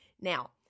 Now